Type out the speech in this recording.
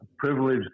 privilege